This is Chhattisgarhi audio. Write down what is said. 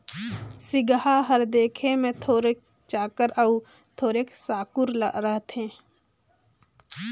सिगहा हर देखे मे थोरोक चाकर अउ थोरोक साकुर रहथे